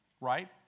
right